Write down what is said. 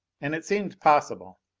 and it seemed possible.